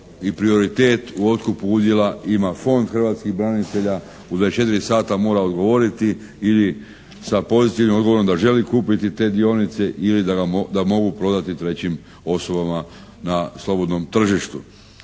i prioritet u otkupu udjela ima Fond hrvatskih branitelja, u 24 sata mora odgovoriti ili sa pozitivnim odgovorom da želi kupiti te dionice ili da mogu prodati trećim osobama na slobodnom tržištu.